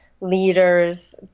leaders